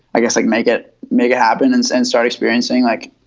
i guess, like, make it make habitants and start experiencing, like,